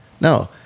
No